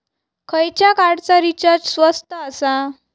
खयच्या कार्डचा रिचार्ज स्वस्त आसा?